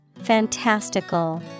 Fantastical